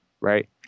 right